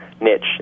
niche